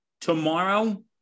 Tomorrow